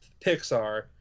Pixar